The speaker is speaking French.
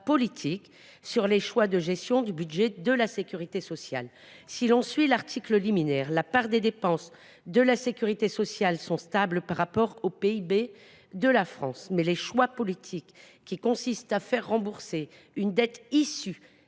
politique sur les choix de gestion du budget de la sécurité sociale. Si nous suivons cet article liminaire, nous admettons que la part des dépenses de la sécurité sociale sont stables par rapport au PIB de la France. Mais les choix politiques qui consistent à faire rembourser une dette issue